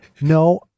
No